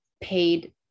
paid